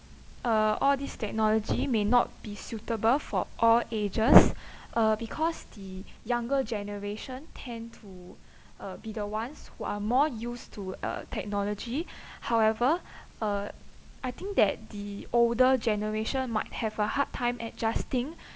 uh all these technology may not be suitable for all ages uh because the younger generation tend to uh be the ones who are more used to uh technology however a uh I think that the older generation might have a hard time adjusting